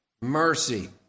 mercy